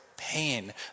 pain